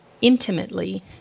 intimately